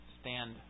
stand